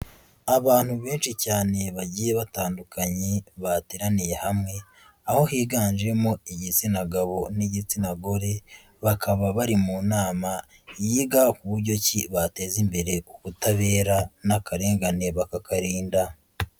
Abantu benshi cyane bagiye batandukanye bateraniye hamwe aho higanjemo igitsina gabo n'igitsina gore, bakaba bari mu nama yiga ku buryo ki bateza imbere ubutabera n'akarengane bakakarinda.